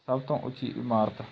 ਸਭ ਤੋਂ ਉੱਚੀ ਇਮਾਰਤ